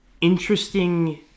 interesting